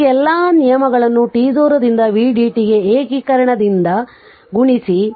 ಈಗ ಎಲ್ಲಾ ನಿಯಮಗಳನ್ನು t 0 ರಿಂದ v dt ಗೆ ಏಕೀಕರಣದಿಂದ ಗುಣಿಸಿ